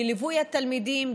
בליווי התלמידים,